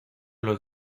los